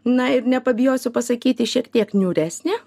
na ir nepabijosiu pasakyti šiek tiek niūresnė